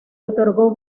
otorgó